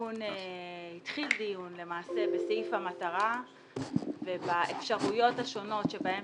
התחיל דיון למעשה בסעיף המטרה ובאפשרויות השונות שבהן